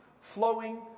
flowing